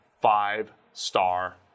five-star